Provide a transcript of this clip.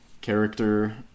character